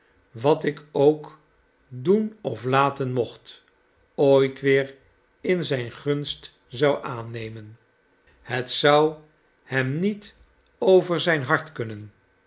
wat ik ook doen of laten mocht ooit weer in gunst zou aannemen het zou hem niet over zijn hart kurinen